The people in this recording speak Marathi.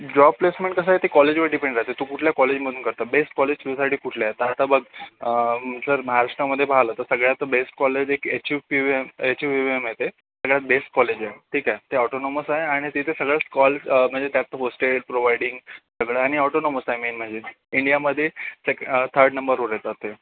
जॉब प्लेसमेंट कसं आहे ते कॉलेजवर डिपेंड राहते तू कुठल्या कॉलेजमधून करतं बेस्ट कॉलेज तुझ्यासाठी कुठलं आहे तर आता बघ जर महाराष्ट्रामध्ये पाहिलं तर सगळ्यात बेस्ट कॉलेज एक एच यू पी वेम H U V V M हे ते सगळ्यात बेस्ट कॉलेज आहे ठीक आहे ते ऑटोनॉमस आहे आणि तिथे सगळंच कॉल्स म्हणजे त्यात हॉस्टेल प्रोव्हायडींग सगळं आहे आणि ऑटोनॉमस आहे मेन म्हणजे इंडियामध्ये ते सेक थर्ड नंबरवर येतात ते